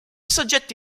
soggetti